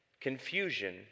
Confusion